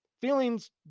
Feelings